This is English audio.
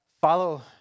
follow